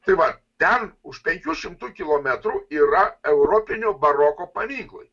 tai va ten už penkių šimtų kilometrų yra europinio baroko paminklai